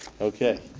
Okay